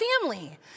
family